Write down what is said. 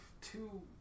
two